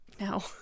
No